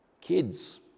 kids